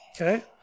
Okay